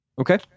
Okay